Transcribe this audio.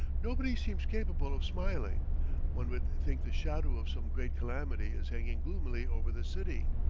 nobody seems capable of smiling one would think the shadow of some great calamity is hanging gloomily over the city.